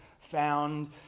found